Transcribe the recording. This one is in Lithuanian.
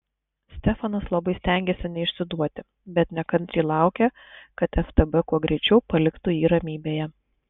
stefanas labai stengėsi neišsiduoti bet nekantriai laukė kad ftb kuo greičiau paliktų jį ramybėje